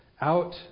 Out